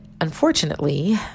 unfortunately